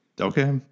Okay